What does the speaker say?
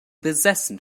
besessen